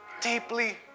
deeply